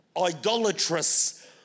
idolatrous